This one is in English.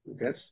Yes